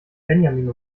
benjamin